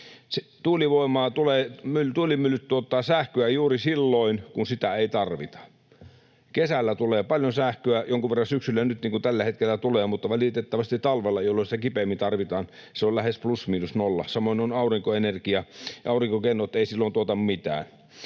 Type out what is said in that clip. Tuulimyllyt tuottavat sähköä juuri silloin, kun sitä ei tarvita. Kesällä tulee paljon sähköä, jonkun verran syksyllä, niin kuin nyt tällä hetkellä tulee, mutta valitettavasti talvella, jolloin sitä kipeimmin tarvitaan, se on lähes plus miinus nolla. Samoin on aurinkoenergia, aurinkokennot eivät silloin tuota mitään.